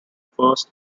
first